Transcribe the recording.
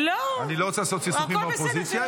אני לא רוצה לעשות סכסוכים באופוזיציה,